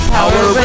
Power